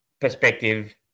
perspective